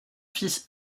fils